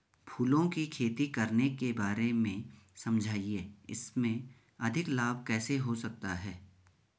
फूलों की खेती करने के बारे में समझाइये इसमें अधिक लाभ कैसे हो सकता है?